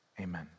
Amen